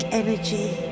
energy